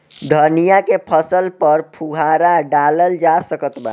धनिया के फसल पर फुहारा डाला जा सकत बा?